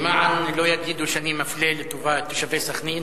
למען לא יגידו שאני מפלה לטובת תושבי סח'נין,